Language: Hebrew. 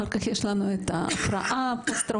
אחר כך יש לנו ההפרעה הפוסט-טראומטית,